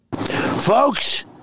folks